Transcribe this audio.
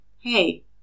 Hey